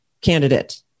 candidate